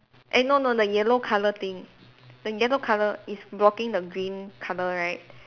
eh no no the yellow colour thing the yellow colour is blocking the green colour right